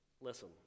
Listen